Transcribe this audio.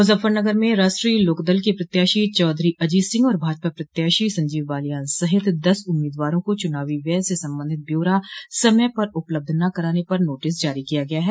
मुजफ्फरनगर में राष्ट्रीय लोकदल के प्रत्याशी चौधरी अजीत सिंह और भाजपा प्रत्याशी संजीव बालियान सहित दस उम्मीदवारों को चुनावी व्यय से संबंधित ब्यौरा समय से उपलब्ध न कराने पर नोटिस जारी किया गया है